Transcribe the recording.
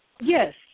Yes